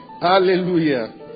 Hallelujah